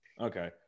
Okay